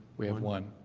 we have one?